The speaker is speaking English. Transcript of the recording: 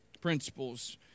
principles